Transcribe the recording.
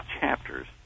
chapters